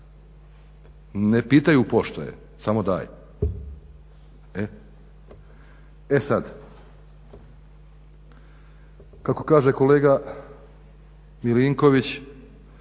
Ne pitaju pošto je, samo daj. E sad, kako kaže kolega Milinković,